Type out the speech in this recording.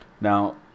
Now